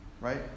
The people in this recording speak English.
right